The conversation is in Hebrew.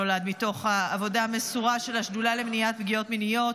שנולד מתוך העבודה המסורה של השדולה למניעת פגיעות מיניות,